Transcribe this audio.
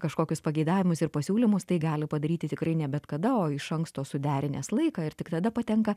kažkokius pageidavimus ir pasiūlymus tai gali padaryti tikrai ne bet kada o iš anksto suderinęs laiką ir tik tada patenka